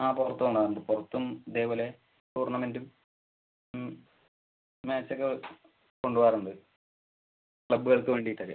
ആ പുറത്തും പോവാറുണ്ട് പുറത്തും ഇതേപോലെ ടൂർണമെന്റും മാച്ച് ഒക്കെ കൊണ്ടുപോവാറുണ്ട് ക്ലബ്ബുകൾക്ക് വേണ്ടിയിട്ടൊക്കെ